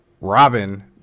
Robin